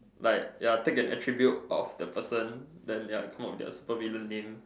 like ya pick an attribute of the person then ya come up with their super villain name